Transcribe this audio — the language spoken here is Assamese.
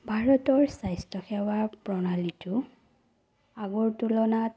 ভাৰতৰ স্বাস্থ্য সেৱা প্ৰণালীটো আগৰ তুলনাত